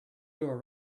door